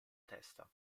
testa